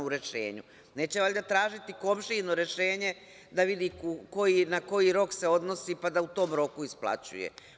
Neće valjda tražiti komšijino rešenje da vidi na koji rok se odnosi, pa da u tom roku isplaćuje.